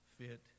fit